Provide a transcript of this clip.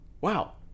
wow